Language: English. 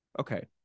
okay